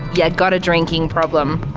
yeah got a drinking problem.